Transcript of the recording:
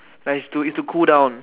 like its to its to cool down